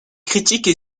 critiques